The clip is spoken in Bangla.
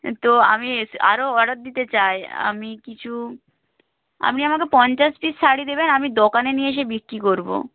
তো আমি আরও অর্ডার দিতে চাই আমি কিছু আপনি আমাকে পঞ্চাশ পিস শাড়ি দেবেন আমি দোকানে নিয়ে এসে বিক্রি করব